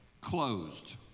closed